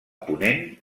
ponent